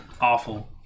awful